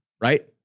right